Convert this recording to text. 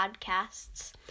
podcasts